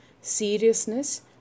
seriousness